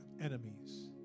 enemies